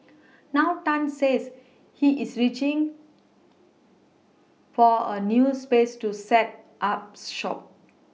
now Tan says he is reaching for a new space to set up shop